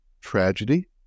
tragedy